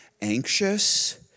anxious